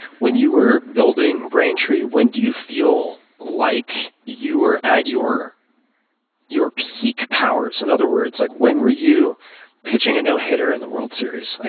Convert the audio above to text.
when you were building braintree, when do you feel like you were at your your peak powers? in and other words, like when were you pitching a no hitter in the world series? like